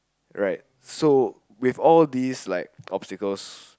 right so with all these like obstacles